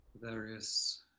various